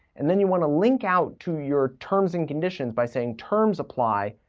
and then you wanna link out to your terms and conditions by saying, terms apply,